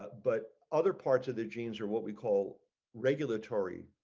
but but other parts of the genes are what we call regulatory